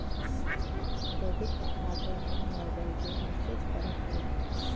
debit ಆದ್ರೆ ನಮ್ ಮೊಬೈಲ್ಗೆ ಮೆಸ್ಸೇಜ್ ಬರುತ್ತೆ